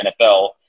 NFL